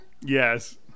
Yes